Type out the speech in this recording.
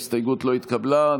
ההסתייגות לא התקבלה.